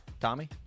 Tommy